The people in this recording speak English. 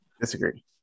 Disagree